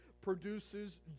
produces